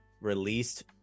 released